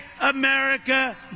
America